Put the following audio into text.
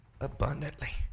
Abundantly